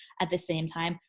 at the same time,